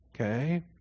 okay